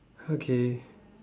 okay